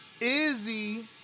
Izzy